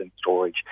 storage